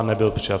Nebyl přijat.